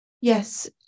Yes